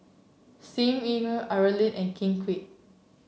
Sim Yi Hui Aaron Lee and Ken Kwek